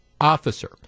officer